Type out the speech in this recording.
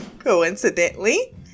Coincidentally